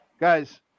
guys